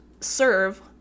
serve